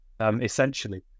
essentially